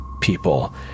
people